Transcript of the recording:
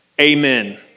Amen